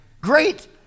great